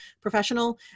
professional